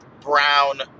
Brown